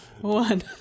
one